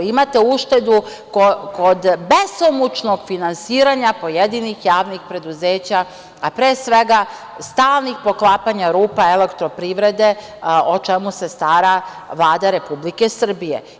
Imate uštedu kod besomučnog finansiranja pojedinih javnih preduzeća, a pre svega, stalnih poklapanja rupa Elektroprivrede, o čemu se stara Vlada Republike Srbije.